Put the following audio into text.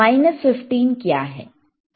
minus 15 क्या है